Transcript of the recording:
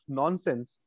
nonsense